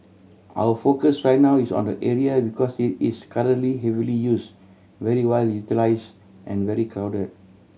our focus right now is on the area because it is currently heavily use very well utilise and very crowded